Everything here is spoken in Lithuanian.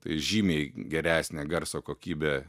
tai žymiai geresnė garso kokybė